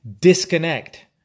disconnect